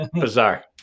Bizarre